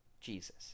Jesus